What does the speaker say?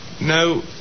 No